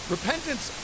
Repentance